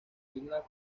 islas